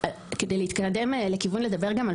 כדי להתקדם לכיוון של לדבר גם על